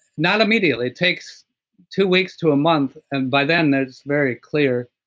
not immediately, it takes two weeks to a month and by then, it's very clear.